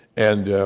and